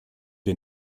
wir